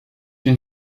une